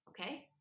okay